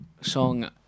song